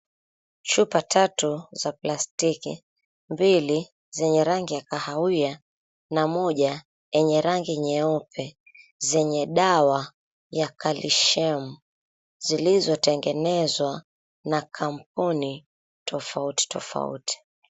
Chupa tatu za plastiki, mbili zenye rangi ya kahawia na moja yenye rangi nyeupe, zenye dawa ya kalishemu zilizotengenezwa na kampuni tofauti tofauti.